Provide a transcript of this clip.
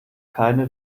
keine